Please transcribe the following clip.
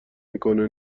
میکنه